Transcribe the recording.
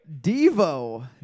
Devo